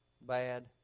bad